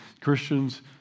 Christians